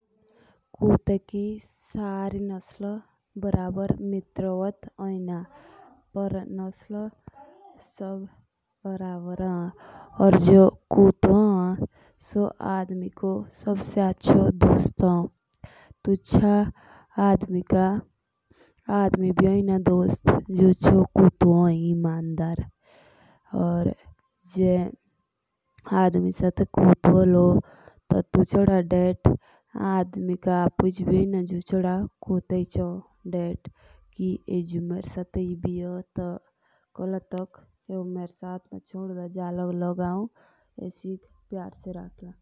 कुत्ते की सारी नसलों बरबर मितरवत होइना। पीआर नैस्लोन एसबी बरबर माननीय। या जो कुत्ता हो तो आदमी को सबसे अच्छा दोस्त हो। तुचा आदमी का आदमी भी होइना दोस्त जोचा कुत्ता होन। या जो आदमी के साथ कुतो भी होलो तो टुच्चा धेट आदमी का अपुइच भी होइना जुचा कुतेच होन।